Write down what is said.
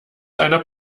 einer